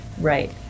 Right